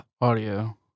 Audio